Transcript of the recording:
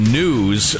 news